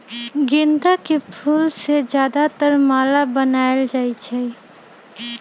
गेंदा के फूल से ज्यादातर माला बनाएल जाई छई